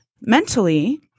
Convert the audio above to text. mentally